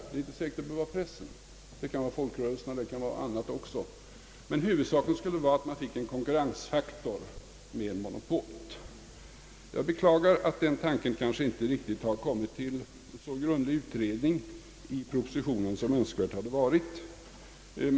Det är inte säkert att det behöver vara pressen. Det kan vara folkrörelserna och andra också. Men huvudsaken skulle vara att man fick en konkurrensfaktor gentemot monopolet. Jag beklagar att den tanken kanske inte riktigt har utretts så grundligt i propositionen som hade varit önskvärt.